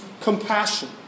compassion